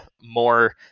more